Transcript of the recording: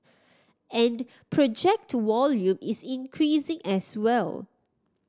and project volume is increasing as well